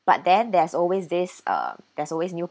but then there's always this uh there's always new